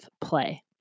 play